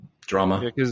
Drama